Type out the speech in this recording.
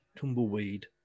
Tumbleweed